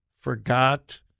forgot